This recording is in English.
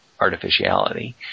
artificiality